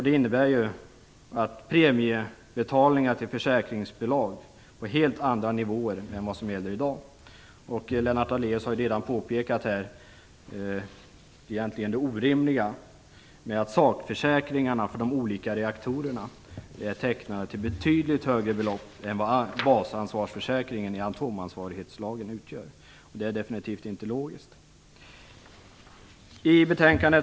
Det innebär premiebetalningar till försäkringsbolag på helt andra nivåer än i dag. Lennart Daléus har redan påpekat det orimliga i att sakförsäkringarna för de olika reaktorerna är tecknade till betydligt högre belopp än vad basansvarsförsäkringen i atomansvarighetslagen är. Det är definitivt inte logiskt. Fru talman!